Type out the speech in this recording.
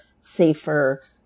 safer